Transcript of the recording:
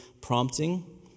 prompting